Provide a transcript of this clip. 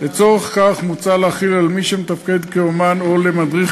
לצורך כך מוצע להחיל על מי שמטפל כאומן או למדריך